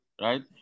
right